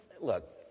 look